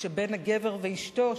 שבין הגבר ואשתו,